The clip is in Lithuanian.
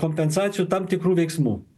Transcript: kompensacijų tam tikrų veiksmų